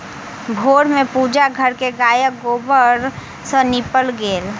भोर में पूजा घर के गायक गोबर सॅ नीपल गेल